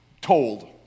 told